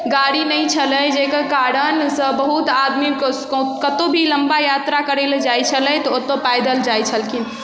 गाड़ी नहि छलै जकर कारणसँ बहुत आदमीके कतहु भी लम्बा यात्रा करैलए जाइ छलथि तऽ ओतऽ पैदल जाइ छलखिन